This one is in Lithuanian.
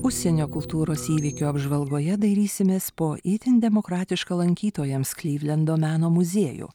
užsienio kultūros įvykių apžvalgoje dairysimės po itin demokratišką lankytojams klivlendo meno muziejų